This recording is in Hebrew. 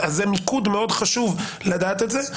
זה מיקוד מאוד חשוב לדעת את זה.